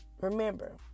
Remember